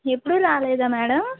ఎప్పుడూ రాలేదా మేడం